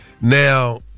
Now